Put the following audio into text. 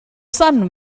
son